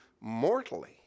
mortally